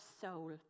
Soul